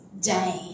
day